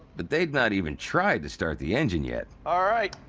but they've not even tried to start the engine yet. all right,